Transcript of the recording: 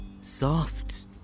Soft